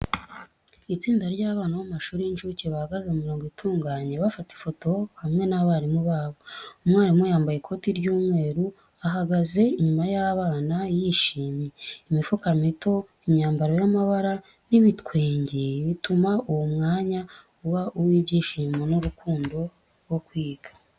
Itsinda ry’abana bo mu mashuri y’incuke bahagaze mu mirongo itunganye bafata ifoto hamwe n’abarimu babo. Umwarimu yambaye ikoti ry’umweru, ahagaze inyuma y’abana yishimye. Imifuka mito, imyambaro y’amabara, n’ibitwenge bituma uwo mwanya uba uw’ibyishimo n’urukundo rwo kwiga.